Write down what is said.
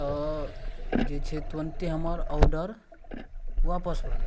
आओर जे छै तुरन्ते हमर औडर वापस भऽ गेल